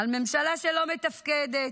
על ממשלה שלא מתפקדת.